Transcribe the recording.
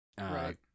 Right